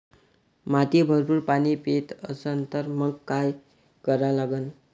माती भरपूर पाणी पेत असन तर मंग काय करा लागन?